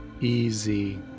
Easy